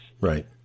Right